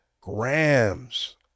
grams